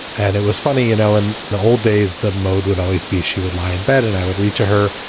and it was funny, you know, and the whole days the mode would always be she would lie in bed and i would read to her.